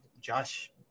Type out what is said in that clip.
Josh